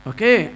Okay